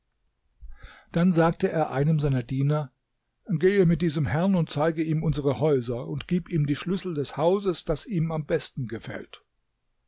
dann sagte er einem seiner diener gehe mit diesem herrn und zeige ihm unsere häuser und gib ihm die schlüssel des hauses das ihm am besten gefällt